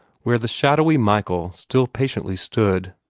where the shadowy michael still patiently stood.